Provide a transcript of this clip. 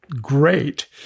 great